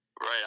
Right